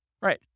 Right